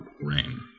Rain